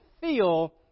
feel